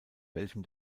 welchen